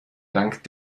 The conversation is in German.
dank